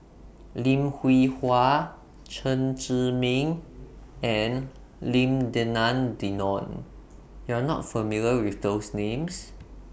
Lim Hwee Hua Chen Zhiming and Lim Denan Denon YOU Are not familiar with those Names